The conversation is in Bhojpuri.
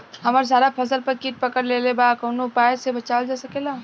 हमर सारा फसल पर कीट पकड़ लेले बा कवनो उपाय से बचावल जा सकेला?